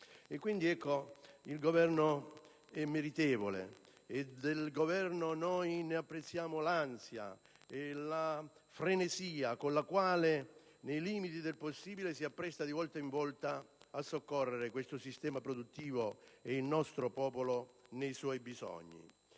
d'impresa. Il Governo è meritevole e di esso apprezziamo l'ansia e la frenesia con le quali, nei limiti del possibile, si appresta di volta in volta a soccorrere questo sistema produttivo e il nostro popolo nei suoi bisogni.